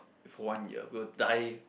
for one year we will die